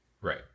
right